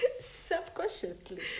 Subconsciously